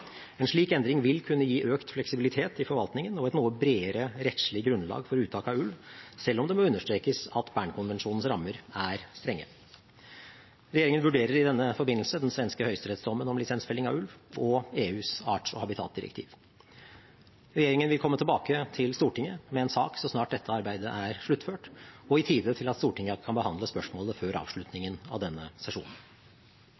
En slik endring vil kunne gi økt fleksibilitet i forvaltningen og et noe bredere rettslig grunnlag for uttak av ulv, selv om det må understrekes at Bern-konvensjonens rammer er strenge. Regjeringen vurderer i denne forbindelse den svenske høyesterettsdommen om lisensfelling av ulv og EUs arts- og habitatdirektiv. Regjeringen vil komme tilbake til Stortinget med en sak så snart dette arbeidet er sluttført, og i tide til at Stortinget kan behandle spørsmålet før